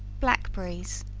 blackberries.